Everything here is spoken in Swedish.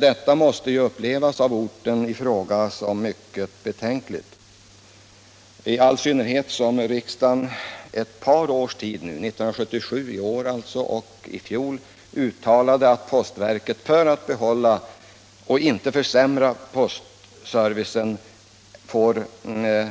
Detta måste man på orten i fråga uppleva som mycket betänkligt, i all synnerhet som riksdagen i ett par års tid, i fjol och i år, har uttalat att postverket för att behålla och inte försämra postservicen t.o.m.